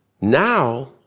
Now